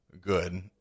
good